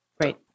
Great